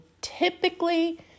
typically